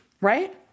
right